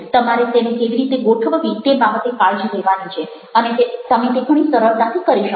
તમારે તેને કેવી રીતે ગોઠવવી તે બાબતે કાળજી લેવાની છે અને તમે તે ઘણી સરળતાથી કરી શકશો